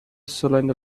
cylinder